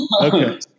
Okay